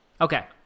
Okay